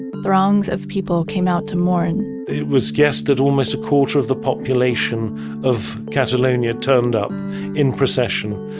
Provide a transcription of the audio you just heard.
throngs of people came out to mourn it was guessed that almost a quarter of the population of catalonia turned up in procession.